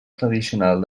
tradicional